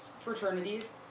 fraternities